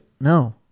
No